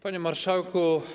Panie Marszałku!